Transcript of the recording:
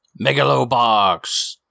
Megalobox